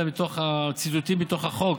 אלא ציטוטים מתוך החוק